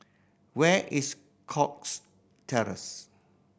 where is Cox Terrace